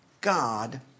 God